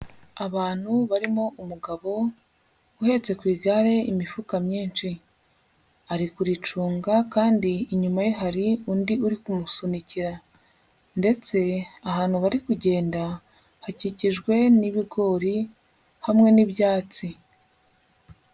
Abantu barimo umugabo uhetse ku igare imifuka myinshi. Ari kuricunga kandi inyuma ye hari undi uri kumusunikira ndetse ahantu bari kugenda hakikijwe n'ibigori hamwe n'ibyatsi.